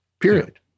Period